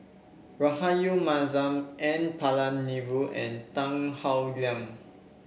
Rahayu Mahzam N Palanivelu and Tan Howe Liang